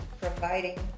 providing